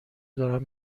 دارن